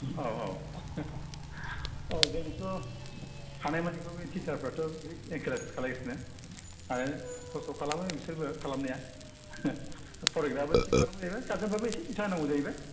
औ औ औ जोंबोथ' हानाय मानि थिसारफ्राथ' बे इनखारेस्ट खालाम गासिनो हा खस्थ' खालामो बिसोरबो खालाम नाया फरायग्राआबो थिग थानांगौ जाहैबाय गारजेनफ्राबो एसे बिथा होनांगौ जाहैबाय